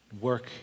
work